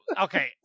Okay